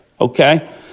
Okay